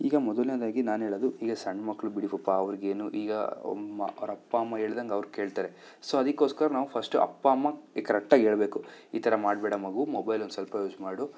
ಈಗ ಮೊದಲನೇದಾಗಿ ನಾನು ಹೇಳೋದು ಈಗ ಸಣ್ಣ ಮಕ್ಳು ಬಿಡಿ ಪಾಪ ಅವರಿಗೇನು ಈಗ ಅವ್ರ ಅಪ್ಪ ಅಮ್ಮ ಹೇಳ್ದಂಗೆ ಅವ್ರು ಕೇಳ್ತಾರೆ ಸೊ ಅದಕ್ಕೋಸ್ಕರ ನಾವು ಫಸ್ಟು ಅಪ್ಪ ಅಮ್ಮ ಕರೆಕ್ಟಾಗಿ ಹೇಳ್ಬೇಕು ಈ ಥರ ಮಾಡಬೇಡ ಮಗು ಮೊಬೈಲ್ ಒಂದು ಸ್ವಲ್ಪ ಯೂಸ್ ಮಾಡು